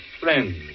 friends